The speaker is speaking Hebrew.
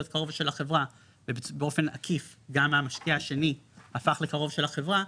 קרוב של החברה ובאופן עקיף גם המשקיע השני הפך לקרוב של החברה,